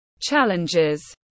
Challenges